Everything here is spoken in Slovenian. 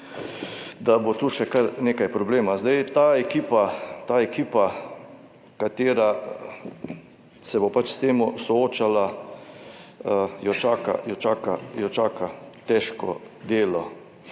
da bo tu še kar nekaj problema. Zdaj ta ekipa, katera se bo s tem soočala, jo čaka, težko delo.